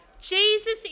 Jesus